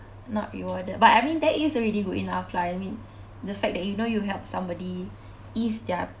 not rewarded but I mean that is already good enough lah I mean the fact that you know you helped somebody ease their